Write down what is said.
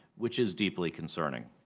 which is deeply concerning.